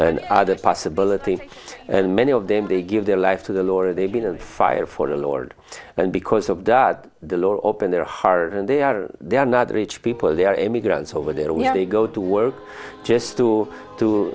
and other possibilities and many of them they give their life to the lord they've been a fire for the lord and because of that the law opened their heart and they are they are not the rich people they are immigrants over there we have to go to work just to to